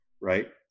right